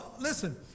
listen